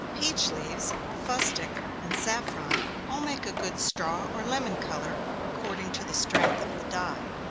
peach leaves, fustic, and saffron, all make a good straw or lemon color, according to the strength of the dye.